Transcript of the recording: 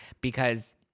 because-